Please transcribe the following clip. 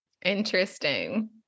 Interesting